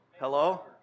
Hello